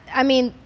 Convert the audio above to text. i mean